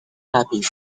happy